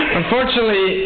unfortunately